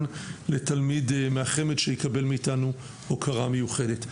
לתלמיד מהחמ"ד שיקבל מאיתנו הוקרה מיוחדת.